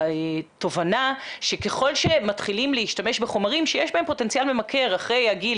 תובנה שככל שמתחילים להשתמש בחומרים שיש בהם פוטנציאל למכר אחרי הגיל,